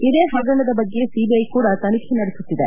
ಇದೇ ಹಗರಣದ ಬಗ್ಗೆ ಸಿಬಿಐ ಕೂಡ ತನಿಖೆ ನಡೆಸುತ್ತಿದೆ